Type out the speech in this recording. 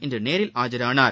இன்று நேரில் ஆஜரானார்